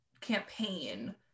campaign